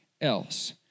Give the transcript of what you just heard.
else